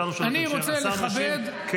שנוכל להסתכל עליכם מלמטה למעלה ולהיות גאים